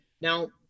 Now